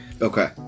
Okay